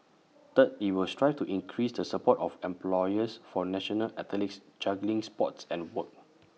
third IT will strive to increase the support of employers for national athletes juggling sports and work